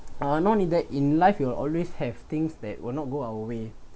uh no needed in life you will always have things that will not go our way